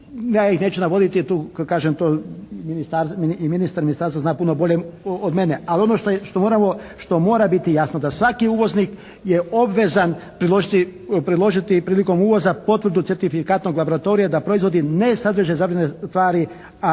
Ja ih neću navoditi jer tu kažem i ministar i ministarstvo zna puno bolje od mene. Ali ono što mora biti jasno, da svaki uvoznik je obvezan priložiti prilikom uvoza potvrdu certifikatnog laboratorija da proizvodi ne sadrže zabranjene tvari,